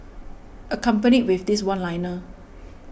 accompanied with this one liner